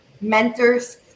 mentors